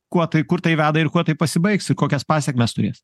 kuo tai kur tai veda ir kuo tai pasibaigs ir kokias pasekmes turės